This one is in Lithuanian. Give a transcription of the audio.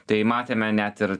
tai matėme net ir